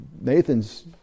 Nathan's